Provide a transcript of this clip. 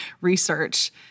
research